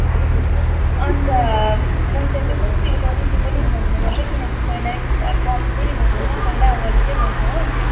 अन्त पैसा चाहिँ कति उठाउने त्यो पनि भन्नुपर्छ है किनकि पहिला प पछि फेरि भनेन पहिला अगाडि चाहिँ भन्छ हो